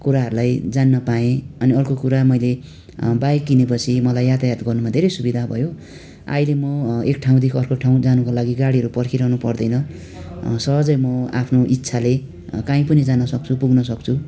कुराहरलाई जान्न पाएँ अनि अर्को कुरा मैले बाइक किनेपछि मलाई यातायात गर्नुमा धेरै सुविधा भयो अहिले म एक ठाउँदेखि अर्को ठाउँ जानुको लागि गाडीहरू पर्खिरहनु पर्दैन सहजै म आफ्नो इच्छाले कहीँ पनि जान सक्छु पुग्न सक्छु